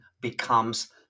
becomes